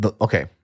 okay